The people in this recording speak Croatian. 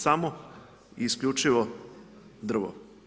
Samo i isključivo drvo.